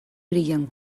brillant